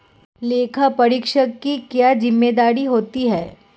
लेखापरीक्षक की क्या जिम्मेदारी होती है?